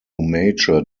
mature